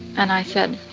and i said